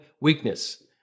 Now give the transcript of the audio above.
weakness